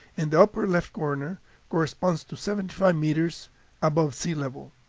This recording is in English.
and the upper left corner corresponds to seventy five meters above sea level.